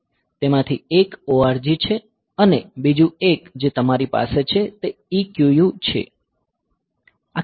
તેમાંથી એક ORG છે અને બીજું એક જે તમારી પાસે છે તે EQU છે